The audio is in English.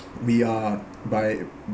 we are by